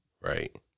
right